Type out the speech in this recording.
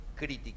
crítica